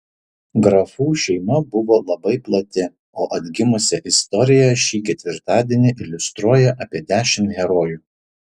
grafų šeima buvo labai plati o atgimusią istoriją šį ketvirtadienį iliustruoja apie dešimt herojų